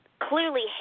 clearly